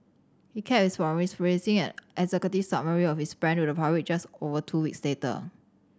he kept his promise releasing an executive summary of his plan to the public just over two weeks later